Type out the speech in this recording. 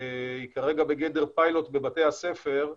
היא כרגע בגדר פיילוט בבתי הספר.